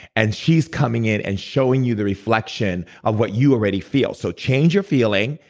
and she's coming in and showing you the reflection of what you already feel. so change your feeling,